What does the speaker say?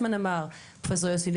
כמעט שלוש.